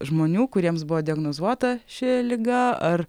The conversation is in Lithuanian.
žmonių kuriems buvo diagnozuota ši liga ar